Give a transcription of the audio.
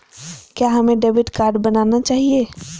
क्या हमें debit card बनाना चाहिए?